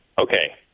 okay